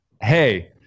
hey